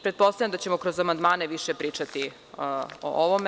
Pretpostavljam da ćemo kroz amandmane više pričati o ovome.